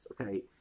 okay